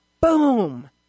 Boom